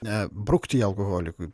ne brukti ją alkoholikui